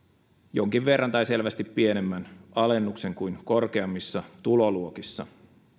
jonkin verran tai selvästi pienemmän alennuksen kuin korkeammissa tuloluokissa